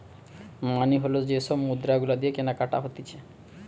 মানি হল যে সব মুদ্রা গুলা দিয়ে কেনাকাটি হতিছে